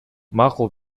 макул